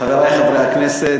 חברי חברי הכנסת,